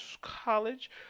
college